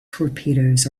torpedoes